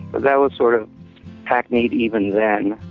that was sort of hackneyed even then.